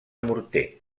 morter